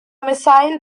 missile